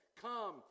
come